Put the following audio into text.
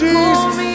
Jesus